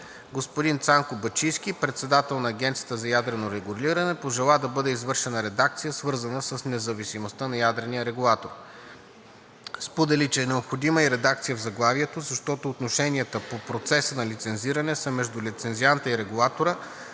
Господин Цанко Бачийски – председател на Агенцията за ядрено регулиране, пожела да бъде извършена редакция, свързана с независимостта на ядрения регулатор. Сподели, че е необходима и редакция в заглавието, защото отношенията по процеса на лицензиране са между лицензианта и регулатора,